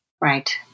Right